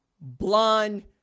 blonde